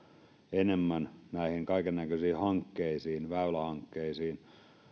enemmän rahaa näihin kaikennäköisiin väylähankkeisiin